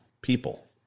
people